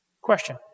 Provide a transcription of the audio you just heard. Question